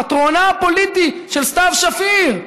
פטרונה הפוליטי של סתיו שפיר,